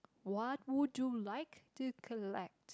what would you like to collect